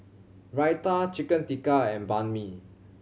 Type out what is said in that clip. Raita Chicken Tikka and Banh Mi